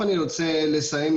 נכון.